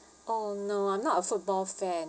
oh no I'm not a football fan